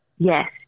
Yes